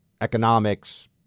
economics